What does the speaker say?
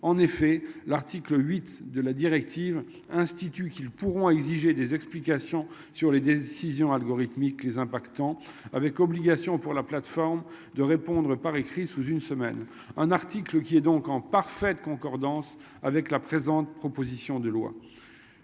En effet, l'article 8 de la directive institut qu'ils pourront exiger des explications sur les décisions. Algorithmiques les impactant avec obligation pour la plateforme de répondre par écrit, sous une semaine, un article qui est donc en parfaite concordance avec la présente, proposition de loi.